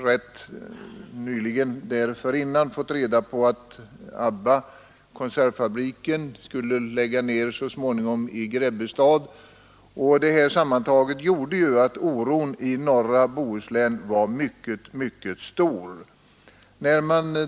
Rätt kort tid dessförinnan hade vi fått reda på att konservfabriken Abba i Grebbestad skulle läggas ned så småningom. Detta tillsammans gjorde att oron i norra Bohuslän var mycket, mycket stor.